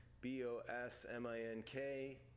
B-O-S-M-I-N-K